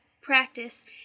practice